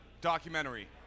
documentary